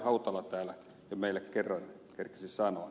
hautala täällä jo meille kerkisi sanoa